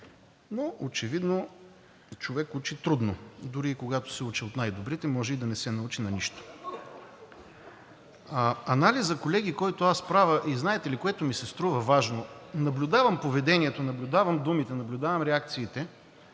но очевидно човек учи трудно. Дори и когато се учи от най-добрите, може и да не се научи на нищо. Анализът, колеги, който аз правя – и знаете ли, което ми се струва важно, наблюдавам поведението, наблюдавам думите, наблюдавам реакциите